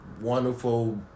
wonderful